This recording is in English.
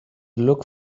look